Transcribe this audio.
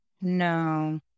No